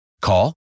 Call